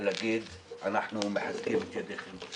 ולהגיד שאנחנו מחזקים את ידיכם.